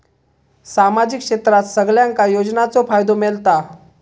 सामाजिक क्षेत्रात सगल्यांका योजनाचो फायदो मेलता?